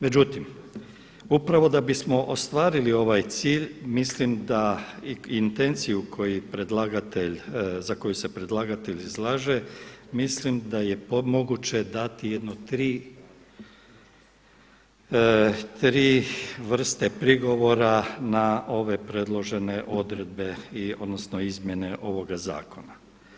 Međutim, upravo da bismo ostvarili ovaj cilj mislim da i intenciju koju predlagatelj, za koju se predlagatelj izlaže mislim da je moguće dati jedno tri vrste prigovora na ove predložene odredbe odnosno izmjene ovoga zakona.